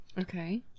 Okay